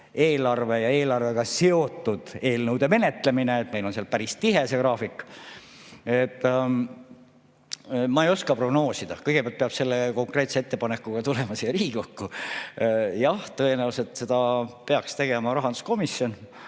eelarve ja eelarvega seotud eelnõude menetlemine. Meil on seal päris tihe graafik. Ma ei oska prognoosida. Kõigepealt peab selle konkreetse ettepanekuga tulema siia Riigikokku. Jah, tõenäoliselt seda peaks tegema rahanduskomisjon,